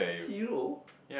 hero